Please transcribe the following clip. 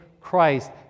Christ